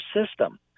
system